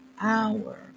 hour